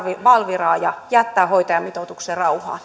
valviraa ja jättää hoitajamitoituksen rauhaan